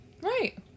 right